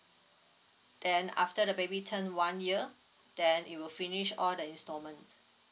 then after the baby turn one year then it will finish all the installment